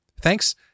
Thanks